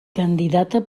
candidata